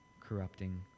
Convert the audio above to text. corrupting